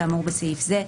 כאמור בסעיף זה,